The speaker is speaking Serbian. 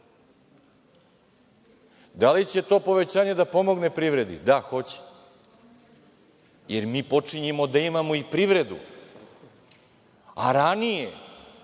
li će to povećanje da pomogne privredi? Da, hoće. Jer, mi počinjemo da imamo i privredu, a ranije